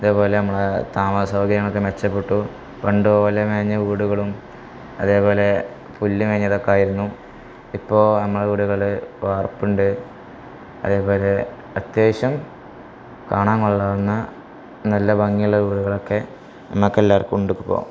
അതേപോലെ നമ്മളെ താമസസൗകര്യങ്ങളൊക്ക മെച്ചപ്പെട്ടു പണ്ട് ഓലമേഞ്ഞ വീടുകളും അതേപോലെ പുല്ലു മേഞ്ഞതൊക്കെയായിരുന്നു ഇപ്പോള് നമ്മുടെ വീടുകള് വാർപ്പുണ്ട് അതേപോലെ അത്യാവശ്യം കാണാൻ കൊള്ളാവുന്ന നല്ല ഭംഗിയുള്ള വീടുകളൊക്കെ നമുക്കെല്ലാവർക്കും ഉണ്ടിപ്പോള്